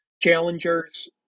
Challengers